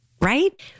right